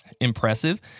impressive